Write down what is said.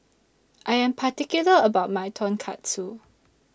I Am particular about My Tonkatsu